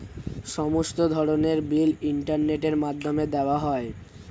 সমস্ত ধরনের বিল ইন্টারনেটের মাধ্যমে দেওয়া যায়